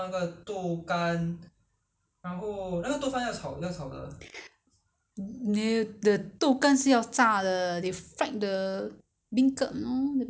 you can don't fried ah but you it will be tastier ya 你可以决定 lor 你要要炸还是不要其实不个这个不是很重要最重要还是他的